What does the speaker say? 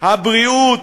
במשרד הבריאות,